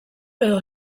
edo